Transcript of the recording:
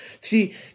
See